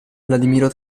vladimiro